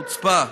חוצפה.